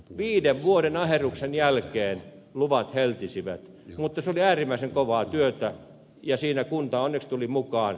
viiden vuoden aherruksen jälkeen luvat heltisivät mutta se oli äärimmäisen kovaa työtä ja siinä kunta onneksi tuli mukaan